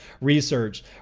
research